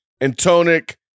Antonic